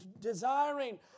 desiring